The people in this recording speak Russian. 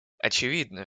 очевидно